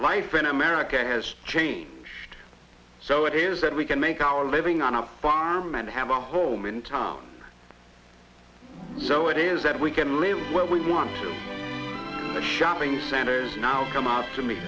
life in america has changed so it is that we can make our living on a farm and have a home in town so it is that we can live where we want to the shopping centers now come up to me